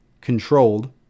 controlled